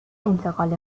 انتقال